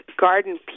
garden